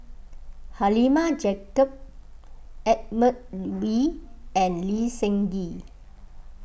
Halimah Yacob Edmund Wee and Lee Seng Gee